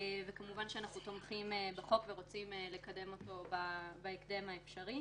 וכמובן שאנחנו תומכים בחוק ורוצים לקדם אותו בהקדם האפשרי.